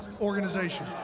organization